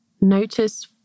Notice